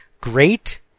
great